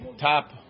top